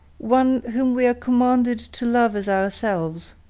one whom we are commanded to love as ourselves,